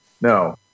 no